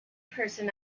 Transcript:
person